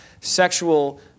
sexual